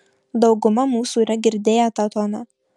dauguma mūsų yra girdėję tą toną